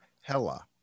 hella